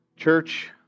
Church